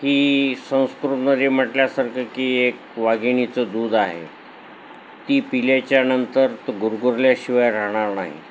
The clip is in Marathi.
ही संस्कृतमध्ये म्हटल्यासारखं की एक वाघिणीचं दूध आहे ती पिल्याच्यानंतर तो गुरगुरल्याशिवाय राहणार नाही